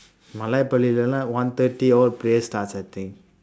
மழை பெய்யலன்னா:mazhai peiyalannaa one thirty all prayers starts I think